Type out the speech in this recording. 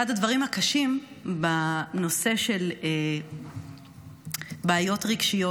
אחד הדברים הקשים בנושא של בעיות רגשיות